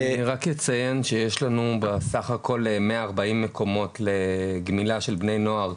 רק אציין שיש לנו בסך הכל 140 מקומות לגמילה של בני נוער,